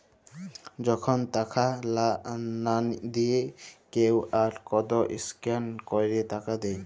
যখল টাকা লা দিঁয়ে কিউ.আর কড স্ক্যাল ক্যইরে টাকা দেয়